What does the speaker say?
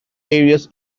areas